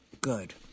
good